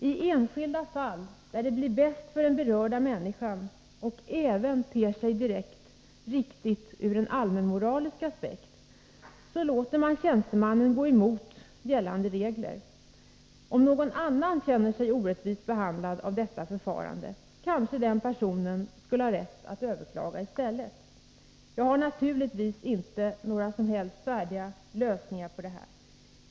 I enskilda fall, där det är bäst för den berörda människan — och även ter sig riktigt ur en allmänmoralisk aspekt — låter man tjänstemännen gå emot gällande regler. Om någon annan känner sig orättvist behandlad av detta förfarande, kanske den personen skulle ha rätt att överklaga i stället. Jag har naturligtvis inte några som helst färdiga lösningar på detta problem.